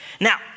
Now